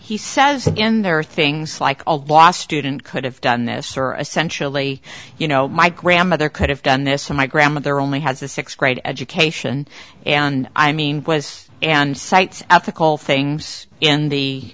he says in there are things like a law student could have done this or essential a you know my grandmother could have done this and my grandmother only has a sixth grade education and i mean and cite ethical things in the